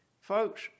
Folks